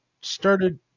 started –